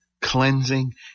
cleansing